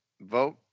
Vote